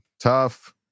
tough